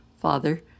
Father